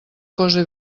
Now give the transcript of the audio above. cosa